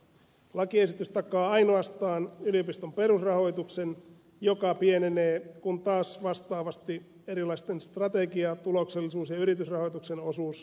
lakiesitys takaa ainoastaan yliopiston perusrahoituksen joka pienenee kun taas vastaavasti erilaisen strategia tuloksellisuus ja yritysrahoituksen osuus kasvaa